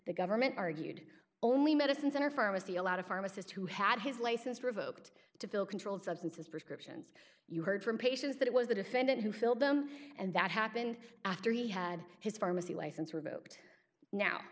the government argued only medicine center pharmacy a lot of pharmacists who had his license revoked to fill controlled substances prescriptions you heard from patients that it was the defendant who filled them and that happened after he had his pharmacy license revoked now